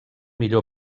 millor